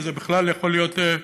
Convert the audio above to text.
וזה בכלל יכול להיות,